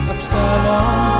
Absalom